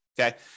Okay